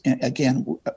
again